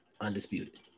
Undisputed